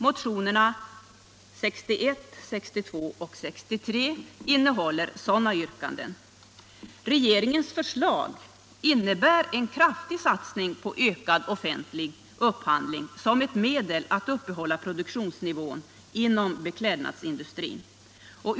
Motionerna 61, 62 och 63 innehåller sådana yrkanden. Regeringens förslag innebär en kraftig satsning på ökad offentlig upphandling som ett medel att uppehålla produktionsnivån inom beklädnadsindustrin.